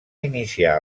iniciar